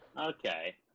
Okay